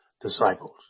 disciples